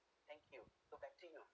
thank you so back to you